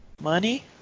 Money